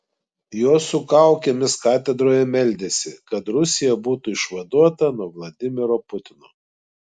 jos su kaukėmis katedroje meldėsi kad rusija būtų išvaduota nuo vladimiro putino